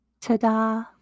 ta-da